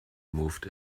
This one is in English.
moved